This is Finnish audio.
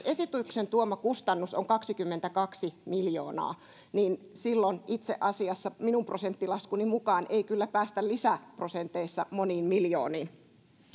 esityksen tuoma kustannus on kaksikymmentäkaksi miljoonaa niin silloin itse asiassa minun prosenttilaskuni mukaan ei kyllä päästä lisäprosenteissa moniin miljooniin